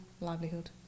Livelihood